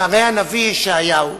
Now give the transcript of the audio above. שהרי הנביא ישעיהו,